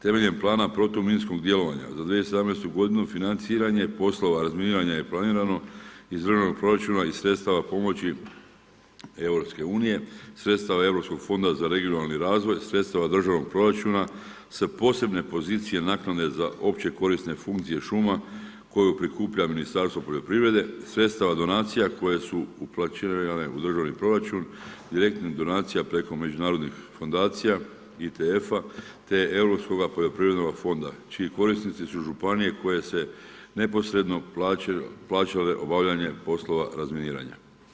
Temeljem plana protuminskog djelovanja za 2017. g. financiranje poslova razminiranje i planirano, iz državnog proračuna i sredstava pomoći EU, sredstava Europskog fonda za regionalni razvoj, sredstva od državnog proračuna, sa posebne pozicije naknade za opće korisne funkciju šuma, koja prikuplja Ministarstvo poljoprivrede, sredstva donacija koje su uplaćivali u državni proračun, direktna donacija, preko međunarodnih fondacija ITF-a te europskoga poljoprivrednog fonda, čiji korisnici su županije koje su neposredno plaćaju obavljaju poslova razminiranja.